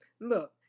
Look